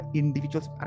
individuals